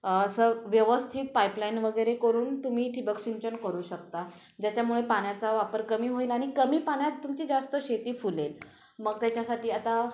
असं व्यवस्थित पाईपलाईन वगैरे करून तुम्ही ठिबक सिंचन करू शकता ज्याच्यामुळे पाण्याचा वापर कमी होईल आणि कमी पाण्यात तुमची जास्त शेती फुलेल मग त्याच्यासाठी आता